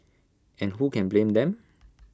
and who can blame them